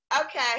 Okay